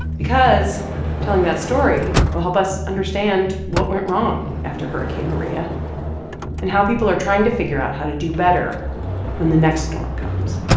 because telling that story will help us understand what went wrong after hurricane maria and how people are trying to figure out how to do better when the next storm comes